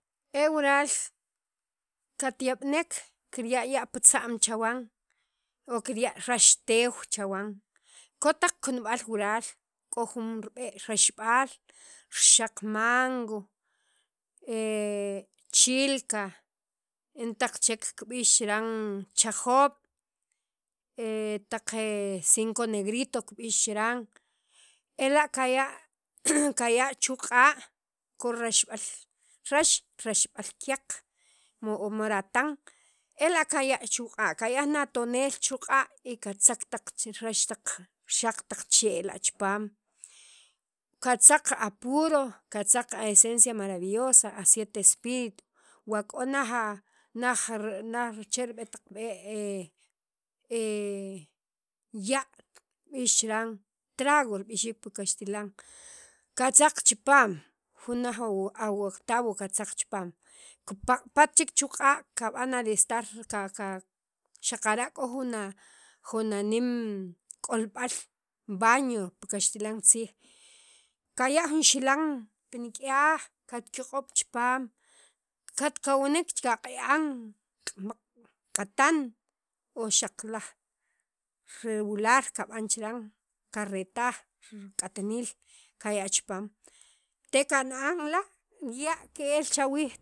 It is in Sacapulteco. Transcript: e wural katyab'nek kirya' ya' pi tza'm chawan o kirya' rax teew chawan ko taq kunub'al wural k'o jun rib'e' raxb'al rixaq mango, chilca en taq chek kib'ix chiran chajoob', taq cinco negrito kib'ix chiran ela' kaya' chu' q'a' ko rab'al rax raxb'al kiyaq maratan ela' kaya' chu q'a' kaya' jun atoneel chu'q'a' y katzak taq rax xaq taq chee la' chipaam katzak a puro katza a esencia marravillosa a siete espiritu o naj naj ri che' rib'e' taq b'e ya' kib'iix chiran trago rib'ixiik pi kaxtilan katzaq chipaam jun laj octavo katzaq chipaam kipaq'pat chek chiq'a' kab'an a lista qa qas xaqara' k'o jun a nim k'olb'al baño pi kaxtilan tziij kaya' jun xilan pi nik'yaj katk'iyoqob' chipaam katkawnwk kaq'i'an qas maq' k'atan o xaq laj ri regular kab'an chiran karetaj rik'atniil kay' chipaam te kana'an la' ya' ke'l chawiij.